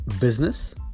business